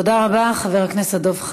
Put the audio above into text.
תודה רבה, חבר הכנסת דב חנין.